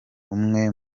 umwe